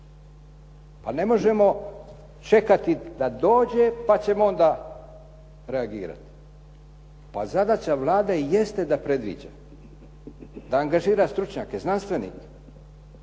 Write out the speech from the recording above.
Ali ne možemo čekati da dođe, pa ćemo onda reagirati. Pa zadaća Vlade i jeste da predviđa, da angažira stručnjake, znanstvenike